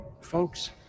folks